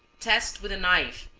test with a knife,